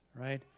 right